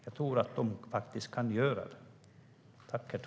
Jag tror faktiskt att den kan göra det.